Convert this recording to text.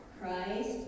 Christ